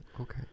Okay